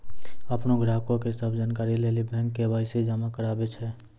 अपनो ग्राहको के सभ जानकारी लेली बैंक के.वाई.सी जमा कराबै छै